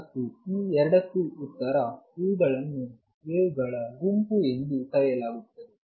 ಮತ್ತು ಈ ಎರಡಕ್ಕೂ ಉತ್ತರ ಇವುಗಳನ್ನು ವೇವ್ ಗಳ ಗುಂಪು ಎಂದು ಕರೆಯಲಾಗುತ್ತದೆ